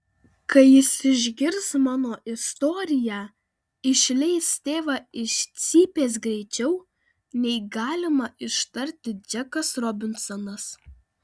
kai jis išgirs mano istoriją išleis tėvą iš cypės greičiau nei galima ištarti džekas robinsonas